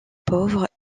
pauvres